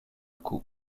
coup